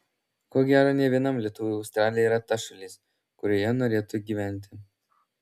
ko gero ne vienam lietuviui australija yra ta šalis kurioje norėtų gyventi